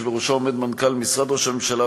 בראשה עומד מנכ"ל משרד ראש הממשלה,